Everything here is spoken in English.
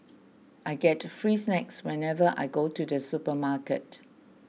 I get free snacks whenever I go to the supermarket